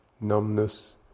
numbness